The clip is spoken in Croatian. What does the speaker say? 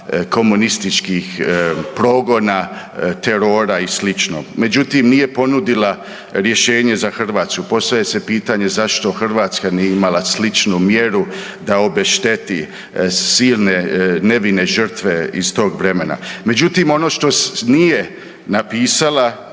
komunističkih progona, terora i sl. Međutim, nije ponudila rješenje za Hrvatsku. Postavlja se pitanje zašto Hrvatska nije imala sličnu mjeru da obešteti silne nevine žrtve iz tog vremena. Međutim, ono što nije napisala, a